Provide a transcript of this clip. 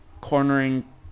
Cornering